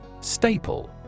Staple